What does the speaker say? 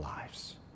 lives